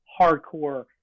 hardcore